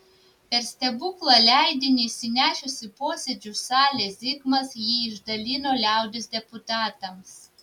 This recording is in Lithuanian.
per stebuklą leidinį įsinešęs į posėdžių salę zigmas jį išdalino liaudies deputatams